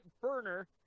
burner